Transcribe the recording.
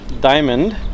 diamond